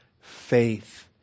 faith